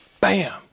bam